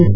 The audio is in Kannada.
ಎಫ್